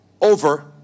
over